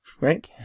right